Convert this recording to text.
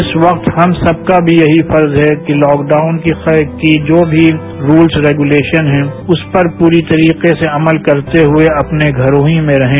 इस वक्त हम सबका भी यही फर्ज है कि लॉकडाउन के जो भी रूल्स रेगूलेशंस हैं उस पर पूरे तरीके से अमल करते हुए अपने घरों में ही रहें